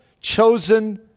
chosen